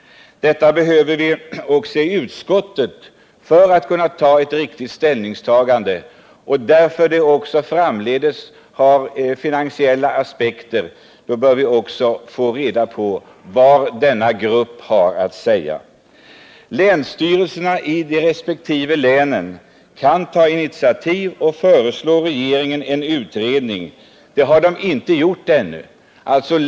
Detta behöver vi ha i utskottet för att kunna göra ett riktigt ställningstagande, eftersom finansiella aspekter måste läggas på lösningen av frågan. Länsstyrelserna i respektive län kan ta initiativ och föreslå regeringen en utredning. Det har de inte gjort ännu.